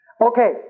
Okay